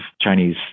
Chinese